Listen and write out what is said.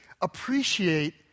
appreciate